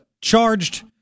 charged